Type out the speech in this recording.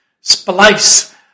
Splice